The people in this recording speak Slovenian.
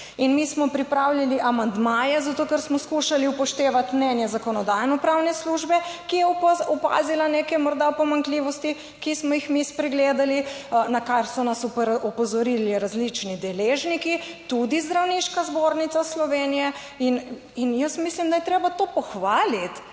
In mi smo pripravljali amandmaje zato, ker smo skušali upoštevati mnenje Zakonodajno-pravne službe, ki je opazila nekaj morda pomanjkljivosti, ki smo jih mi spregledali, na kar so nas opozorili različni deležniki, tudi Zdravniška zbornica Slovenije in jaz mislim, da je treba to pohvaliti